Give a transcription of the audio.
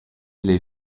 les